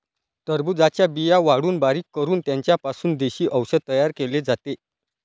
टरबूजाच्या बिया वाळवून बारीक करून त्यांचा पासून देशी औषध तयार केले जाते